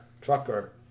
trucker